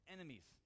Enemies